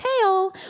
tail